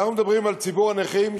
אנחנו מדברים על ציבור הנכים,